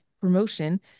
promotion